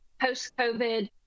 post-COVID